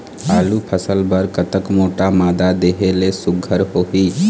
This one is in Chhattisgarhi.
आलू फसल बर कतक मोटा मादा देहे ले सुघ्घर होही?